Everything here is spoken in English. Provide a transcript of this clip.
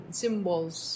symbols